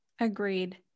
Agreed